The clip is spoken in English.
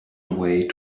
away